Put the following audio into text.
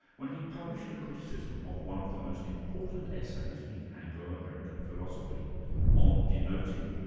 when he published a criticism of one of the most important essays in anglo-american philosophy on denoting,